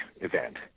event